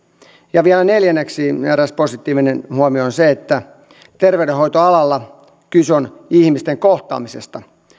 ja vielä neljänneksi eräs positiivinen huomio on se että terveydenhoitoalalla kyse on ihmisten kohtaamisesta